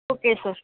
okay sir